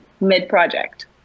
mid-project